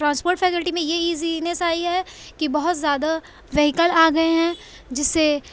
transport faculty میں یہ easiness آئی ہے کہ بہت زیادہ ویہکل آ گئے ہیں جس سے